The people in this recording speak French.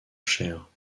chair